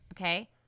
okay